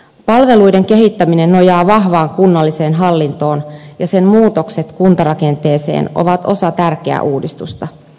palveluiden kehittäminen nojaa vahvaan kunnalliseen hallintoon ja sen muutokset kuntarakenteeseen ovat osa tärkeää uudistusta